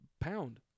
pound